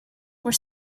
were